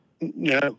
No